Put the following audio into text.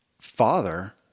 father